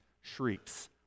shrieks